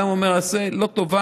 האדם אומר: עשה לי טובה,